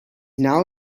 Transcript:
now